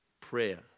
prayer